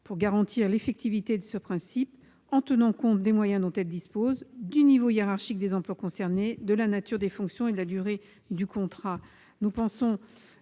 pour garantir l'effectivité de ce principe, en tenant compte des moyens dont elles disposent, du niveau hiérarchique des emplois concernés, de la nature des fonctions et de la durée du contrat.